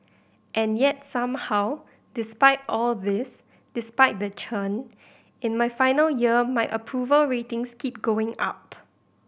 and yet somehow despite all this despite the churn in my final year my approval ratings keep going up